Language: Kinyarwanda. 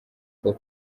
for